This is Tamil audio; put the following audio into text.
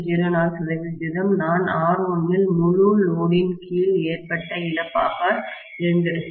04 சதவிகிதம் நான் R1 இல் முழு லோடின் கீழ் ஏற்பட்ட இழப்பாக இருந்திருக்கும்